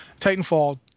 Titanfall